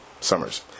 Summers